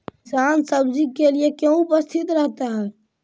किसान सब्जी के लिए क्यों उपस्थित रहता है?